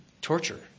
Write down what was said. torture